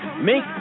make